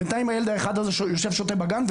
בינתיים הילד האחד הזה שיושב ושותה בגן,